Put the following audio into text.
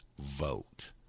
vote